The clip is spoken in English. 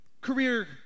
career